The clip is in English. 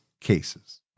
cases